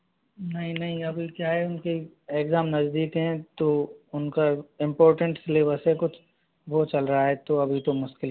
नहीं नहीं अभी क्या है उनके एग्ज़ाम नज़दीक हैं तो उनका इम्पोर्टेन्ट सिलेबस है कुछ वो चल रहा है तो अभी तो मुश्किल ही है